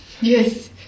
Yes